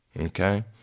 okay